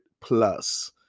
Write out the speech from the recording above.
plus